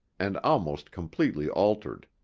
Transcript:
and almost completely altered.